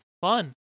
Fun